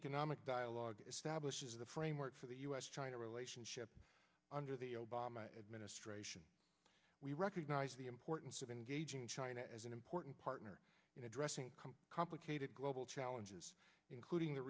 economic dialogue establishes the framework for the u s china relationship under the obama administration we recognize the importance of engaging china as an important partner in addressing complicated global challenges including the